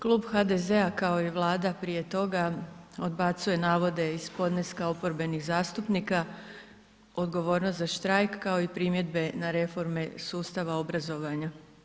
Klub HDZ-a kao i Vlada prije toga odbacuje navode iz podneska oporbenih zastupnika, odgovornost za štrajk kao i primjedbe na reforme sustava obrazovanja.